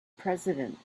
president